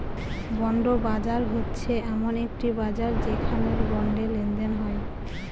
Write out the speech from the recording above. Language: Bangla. বন্ড বাজার হচ্ছে এমন একটি বাজার যেখানে বন্ডে লেনদেন হয়